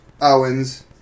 Owens